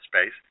space